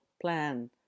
plan